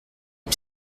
les